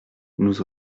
nous